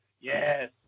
yes